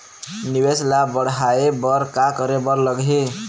निवेश ला बड़हाए बर का करे बर लगही?